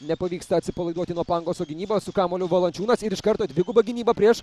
nepavyksta atsipalaiduoti nuo pangoso gynybos su kamuoliu valančiūnas ir iš karto dviguba gynyba prieš